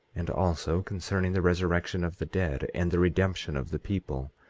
and also concerning the resurrection of the dead, and the redemption of the people,